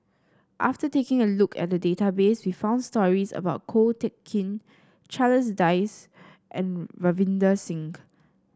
after taking a look at the database we found stories about Ko Teck Kin Charles Dyce and Ravinder Singh